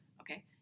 Okay